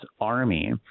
army